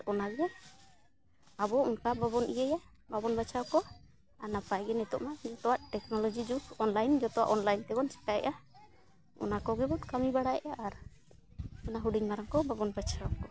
ᱚᱱᱟᱜᱮ ᱟᱵᱚ ᱚᱱᱠᱟ ᱵᱟᱵᱚᱱ ᱤᱭᱟᱹᱭᱟ ᱵᱟᱵᱚᱱ ᱵᱟᱪᱷᱟᱣ ᱠᱚᱣᱟ ᱟᱨ ᱱᱟᱯᱟᱭ ᱜᱮ ᱱᱤᱛᱳᱜ ᱢᱟ ᱡᱷᱚᱛᱚᱣᱟᱜ ᱴᱮᱠᱱᱳᱞᱚᱡᱤ ᱡᱩᱜᱽ ᱚᱱᱞᱟᱭᱤᱱ ᱡᱷᱚᱛᱚᱣᱟᱜ ᱚᱱᱞᱟᱭᱤᱱ ᱛᱮᱵᱚᱱ ᱪᱤᱠᱟᱹᱭᱮᱜᱼᱟ ᱚᱱᱟ ᱠᱚᱜᱮ ᱵᱚᱱ ᱠᱟᱹᱢᱤ ᱵᱟᱲᱟᱭᱮᱜᱼᱟ ᱟᱨ ᱚᱱᱟ ᱦᱩᱰᱤᱧ ᱢᱟᱨᱟᱝ ᱠᱚ ᱵᱟᱵᱚᱱ ᱵᱟᱪᱷᱟᱣ ᱠᱚᱣᱟ